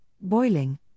Boiling –